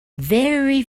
very